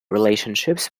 relationships